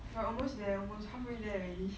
we are almost there almost halfway there already